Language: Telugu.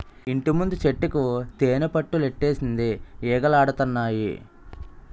ఇంటిముందు చెట్టుకి తేనిపట్టులెట్టేసింది ఈగలాడతన్నాయి